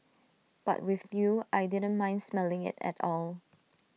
but with you I didn't mind smelling IT at all